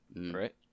right